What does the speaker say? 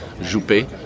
Juppé